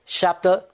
chapter